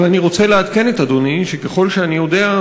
אבל אני רוצה לעדכן את אדוני שככל שאני יודע,